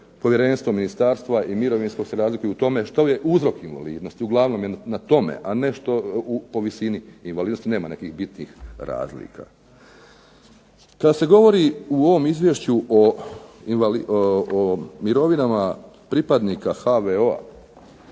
povjerenstvo, ministarstva i mirovinsko se razlikuju u tome što je uzrok invalidnosti, uglavnom je na tome, a ne po visini invalidnosti nema nekih bitnih razlika. Kada se govori u ovom izvješću o mirovina pripadnika HVO-a